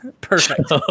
Perfect